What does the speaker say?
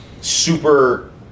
super